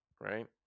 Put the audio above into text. Right